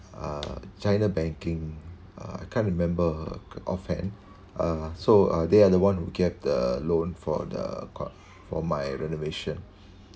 uh china banking uh can't remember off hand uh so uh they are the one who get the loan for the got for my renovation